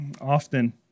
Often